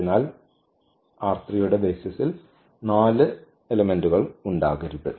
അതിനാൽ യുടെ ബെയ്സിസ്ൽ 4 ഘടകങ്ങൾ ഉണ്ടാകരുത്